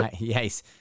Yes